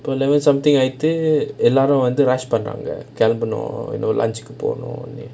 eleven something ஆயிடுது எல்லாரும்:aayeduthu ellaarum rush பண்ணாங்க எல்லாரும் கெளம்பனும்:panaanga ellaarum kelambanum lunch போனுண்டு:ponundu